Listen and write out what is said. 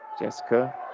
Jessica